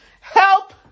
help